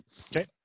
Okay